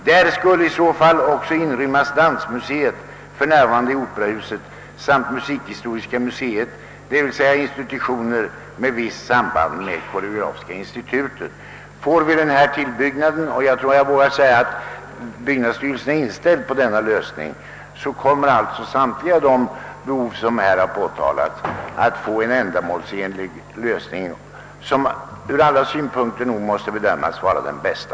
Där skulle i så fall också inrymmas dansmuseet — f.n. i operahuset — samt musikhistoriska museet, d.v.s. institutioner med visst samband med koreografiska institutet.» Får vi denna tillbyggnad — och jag tror jag vågar säga att byggnadsstyrelsen är inställd på denna lösning — kommer alltså samtliga de behov som har påtalats att få en ändamålsenlig lösning, som nog ur alla synpunkter måste bedömas vara den bästa.